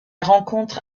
rencontre